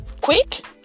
quick